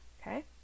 okay